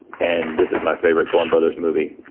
and this is my favorite coen brothers movie.